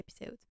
episode